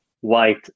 white